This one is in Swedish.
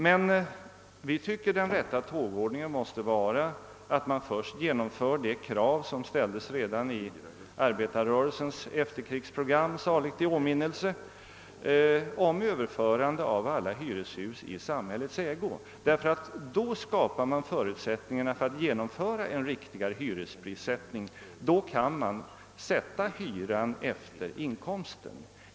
Men vi anser den rätta tågordningen vara att man först genomför de krav som ställdes redan i arbetarrörelsens efterkrigsprogram — saligt i åminnelse — om överförande av alla hyreshus i samhällets ägo. Då ska par man förutsättningarna för genomförandet av en riktig hyresprissättning och då kan man sätta hyran efter inkomst.